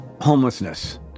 Homelessness